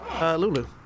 Lulu